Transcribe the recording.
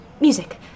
Music